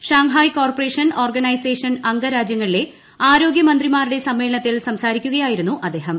Shanghai cooperation organisation അംഗ രാജ്യങ്ങളിലെ ആരോഗ്യ മന്ത്രിമാരുടെ സമ്മേളനത്തിൽ സംസാരിക്കുകയായിരുന്നു അദ്ദേഹം